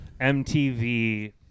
MTV